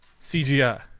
CGI